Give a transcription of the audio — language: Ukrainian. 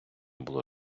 було